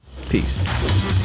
Peace